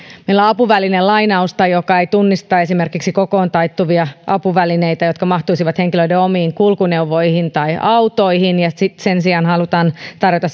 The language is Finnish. meillä on apuvälinelainausta joka ei tunnista esimerkiksi kokoontaittuvia apuvälineitä jotka mahtuisivat henkilöiden omiin kulkuneuvoihin tai autoihin sen sijaan halutaan tarjota